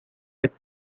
with